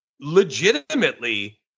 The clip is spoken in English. legitimately